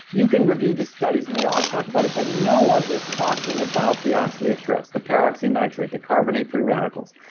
you can review the studies and they all talk about it, but no one is talking about the oxidative stress, the peroxynitrate the carbonate free radicals.